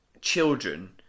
children